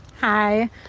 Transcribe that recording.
Hi